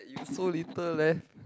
you so little left